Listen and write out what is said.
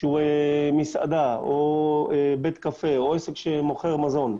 שהוא מסעדה או בית קפה או עסק שמוכר מזון,